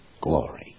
glory